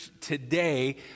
today